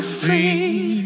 free